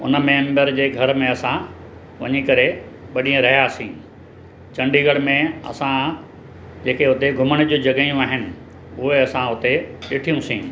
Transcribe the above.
हुन मेम्बर जे घर में असां वञी करे ॿ ॾींहुं रहियासीं चंडीगढ़ में असां जेके उते घुमण जी जॻहयूं आहिनि उहे असां उते ॾिठियूंसीं